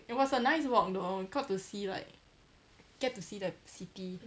it was a nice walk though we got to see like get to see the city